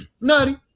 nutty